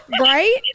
Right